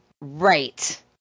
right